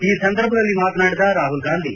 ಈ ಸಂದರ್ಭದಲ್ಲಿ ಮಾತನಾಡಿದ ರಾಹುಲ್ಗಾಂಧಿ